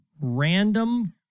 Random